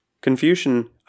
Confucian